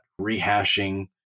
rehashing